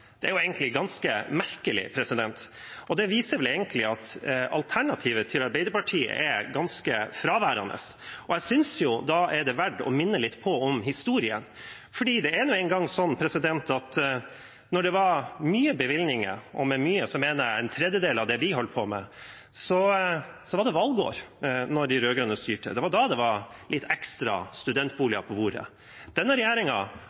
Det er ganske merkelig. Det viser vel egentlig at alternativet til Arbeiderpartiet er ganske fraværende. Jeg synes det da er verdt å minne litt om historien: Det er nå engang sånn at da det var mye bevilgninger – og med «mye» mener jeg en tredjedel av det vi holdt på med – var det valgår da de rød-grønne styrte. Det var da det var litt ekstra studentboliger på bordet. Denne